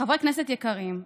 חברי כנסת יקרים,